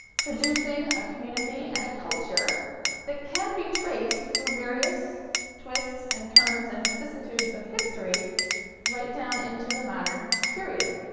producing a community and a culture that can be traced through various twists and turns and vicissitudes of history right down into the modern period.